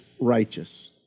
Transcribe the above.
righteous